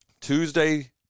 Tuesday